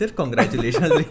congratulations